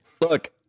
look